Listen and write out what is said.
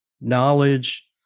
knowledge